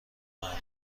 مردم